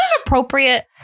appropriate